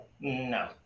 No